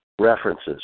references